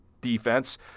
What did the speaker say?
defense